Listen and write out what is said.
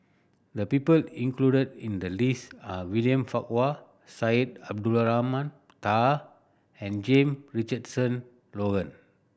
the people included in the list are William Farquhar Syed Abdulrahman Taha and Jame Richardson Logan